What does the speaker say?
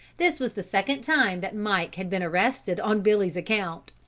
this was the second time that mike had been arrested on billy's account.